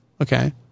okay